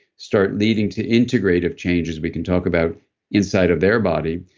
start leading to integrative changes we can talk about inside of their body.